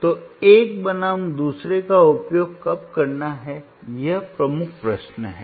तो एक बनाम दूसरे का उपयोग कब करना है यह मुख्य प्रश्न है